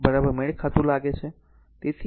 તેથી તે બરાબર મેળ ખાતું છે